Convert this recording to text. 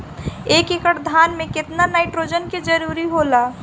एक एकड़ धान मे केतना नाइट्रोजन के जरूरी होला?